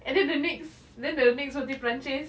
and then the next then the next roti perancis